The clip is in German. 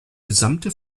gesamte